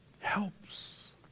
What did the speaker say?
Helps